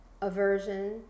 aversion